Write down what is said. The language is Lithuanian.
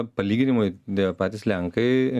palyginimui tie patys lenkai